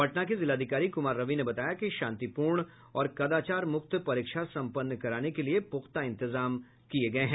पटना के जिलाधिकारी कुमार रवि ने बताया कि शांतिपूर्ण और कदाचार मुक्त परीक्षा सम्पन्न कराने के लिए पुख्ता इंतजाम किया गया है